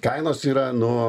kainos yra nu